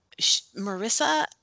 Marissa